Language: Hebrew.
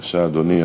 בבקשה, אדוני.